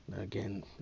Again